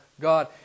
God